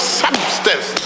substance